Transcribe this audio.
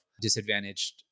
disadvantaged